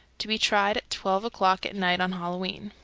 to be tried at twelve o'clock at night, on halloween.